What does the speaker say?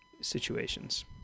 situations